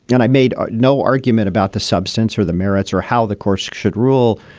and i made ah no argument about the substance or the merits or how the courts should rule.